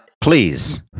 please